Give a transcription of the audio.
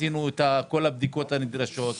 עשינו את כל הבדיקות הנדרשות,